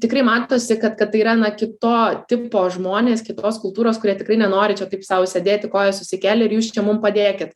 tikrai matosi kad kad tai yra na kito tipo žmonės kitos kultūros kurie tikrai nenori čia taip sau sėdėti kojas užsikėlę ir jūs čia mum padėkit